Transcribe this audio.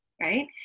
right